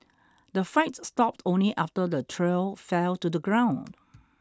the fright stopped only after the trio fell to the ground